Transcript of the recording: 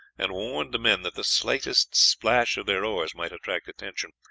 and warned the men that the slightest splash of their oars might attract attention,